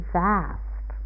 vast